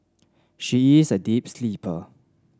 she is a deep sleeper